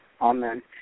Amen